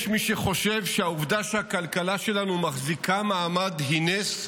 יש מי שחושב שהעובדה שהכלכלה שלנו מחזיקה מעמד היא נס,